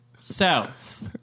south